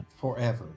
forever